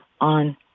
on